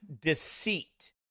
deceit